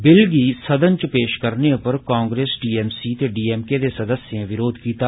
bill गी सदन च पेश करने उप्पर कांग्रेस टीएमसी ते डीएमके दे सदस्यें विरोघ कीता